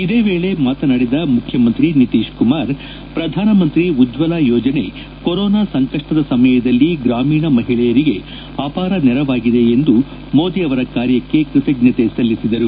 ಇದೇ ವೇಳೆ ಮಾತನಾಡಿದ ಮುಖ್ಯಮಂತ್ರಿ ನಿತೀಶ್ ಕುಮಾರ್ ಪ್ರಧಾನಮಂತ್ರಿ ಉಜ್ಞಲ ಯೋಜನೆ ಕೊರೊನಾ ಸಂಕಷ್ಷದ ಸಮಯದಲ್ಲಿ ಗ್ರಾಮೀಣ ಮಹಿಳೆಯರಿಗೆ ಅಪಾರ ನೆರವಾಗಿದೆ ಎಂದು ಮೋದಿ ಅವರ ಕಾರ್ಯಕ್ಕೆ ಕೃತಜ್ಞತೆ ಸಲ್ಲಿಸಿದರು